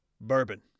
bourbon